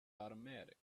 automatic